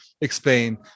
explain